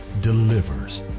delivers